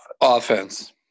offense